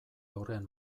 aurrean